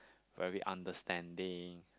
very understanding